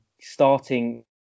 starting